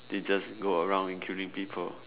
they just go around and killing people